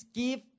give